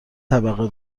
طبقه